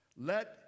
let